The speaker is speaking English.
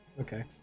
Okay